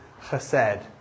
chesed